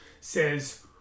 says